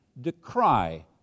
decry